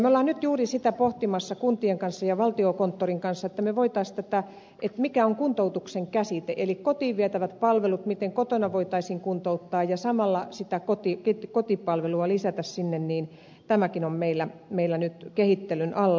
me olemme juuri nyt sitä pohtimassa kuntien ja valtiokonttorin kanssa mikä on kuntoutuksen käsite eli kotiin vietävät palvelut miten kotona voitaisiin kuntouttaa ja samalla sitä kotipalvelua lisätä sinne tämäkin on meillä nyt kehittelyn alla